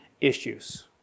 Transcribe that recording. issues